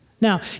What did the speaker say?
Now